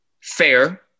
Fair